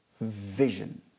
vision